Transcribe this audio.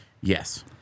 Yes